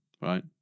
right